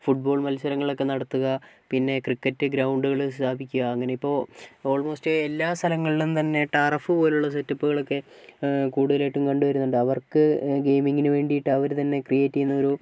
football മത്സരങ്ങൾ ഒക്കെ നടത്തുക പിന്നെ ക്രിക്കറ്റ് ഗ്രൗണ്ടുകൾ സ്ഥാപിക്കുക അങ്ങനെയിപ്പോൾ ഓൾമോസ്റ്റ് എല്ലാ സ്ഥലങ്ങളിലും തന്നെ ടറഫ് പോലുള്ള സെറ്റപ്പുകൾ ഒക്കെ കൂടുതലായിട്ടും കണ്ടു വരുന്നുണ്ട് അവർക്ക് ഗെയിമിങ്ങിനു വേണ്ടിയിട്ട് അവരു തന്നെ ക്രിയേറ്റ് ചെയ്യുന്നൊരു